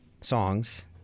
songs